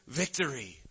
victory